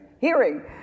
hearing